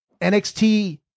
NXT